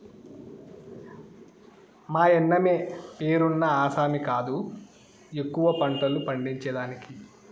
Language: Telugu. మాయన్నమే పేరున్న ఆసామి కాదు ఎక్కువ పంటలు పండించేదానికి